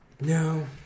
No